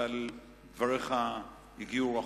אבל דבריך הגיעו רחוק.